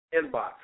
inbox